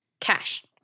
Cash